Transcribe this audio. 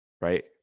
right